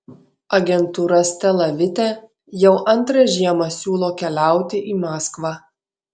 agentūra stela vite jau antrą žiemą siūlo keliauti į maskvą